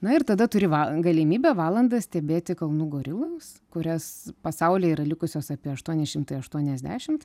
na ir tada turi galimybę valandą stebėti kalnų goriloms kurias pasaulyje yra likusios apie aštuoni šimtai aštuoniasdešim